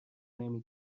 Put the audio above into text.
نمی